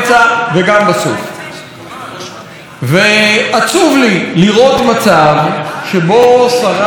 ועצוב לי לראות מצב שבו שרה בישראל מכניסה